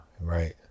right